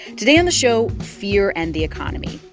today on the show, fear and the economy.